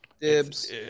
Dibs